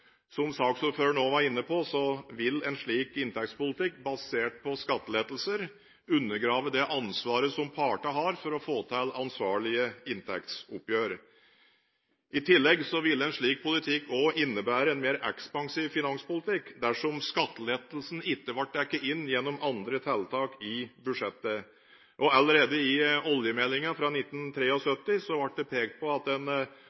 Som saksordføreren òg var inne på, vil en slik inntektspolitikk basert på skattelettelser undergrave det ansvaret som partene har for å få til ansvarlige inntektsoppgjør. I tillegg ville en slik politikk òg innebære en mer ekspansiv finanspolitikk, dersom skattelettelsen ikke ble dekket inn gjennom andre tiltak i budsjettet. Allerede i oljemeldingen fra 1973 ble det pekt på at en